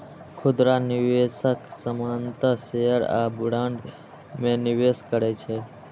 खुदरा निवेशक सामान्यतः शेयर आ बॉन्ड मे निवेश करै छै